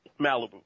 Malibu